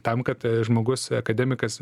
tam kad žmogus akademikas